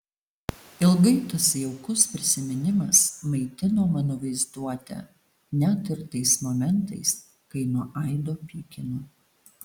ilgai tas jaukus prisiminimas maitino mano vaizduotę net ir tais momentais kai nuo aido pykino